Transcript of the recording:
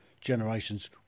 generations